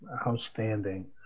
Outstanding